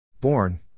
Born